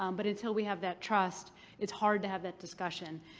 um but until we have that trust it's hard to have that discussion.